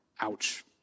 Ouch